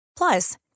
Plus